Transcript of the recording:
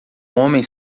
homem